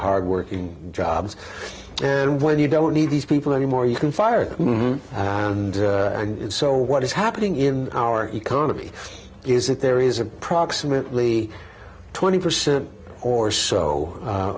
hard working jobs and when you don't need these people anymore you can fire and and so what is happening in our economy is that there is approximately twenty percent or so